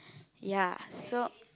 ya so